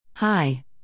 Hi